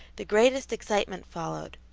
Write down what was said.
the greatest excitement followed.